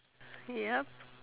ya